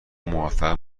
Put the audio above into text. موفق